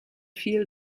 feel